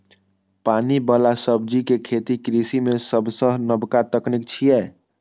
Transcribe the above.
पानि बला सब्जी के खेती कृषि मे सबसं नबका तकनीक छियै